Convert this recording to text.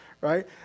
right